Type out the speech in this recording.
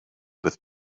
with